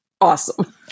awesome